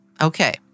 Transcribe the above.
Okay